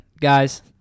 guys